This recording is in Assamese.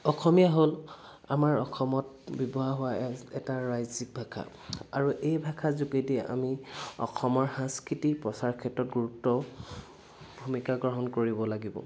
অসমীয়া হ'ল আমাৰ অসমত ব্যৱহাৰ হোৱা এটা ৰাজ্যিক ভাষা আৰু এই ভাষাৰ যোগেদি আমি অসমৰ সাংস্কৃতিক প্ৰচাৰ ক্ষেত্ৰত গুৰুত্ব ভূমিকা গ্ৰহণ কৰিব লাগিব